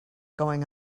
going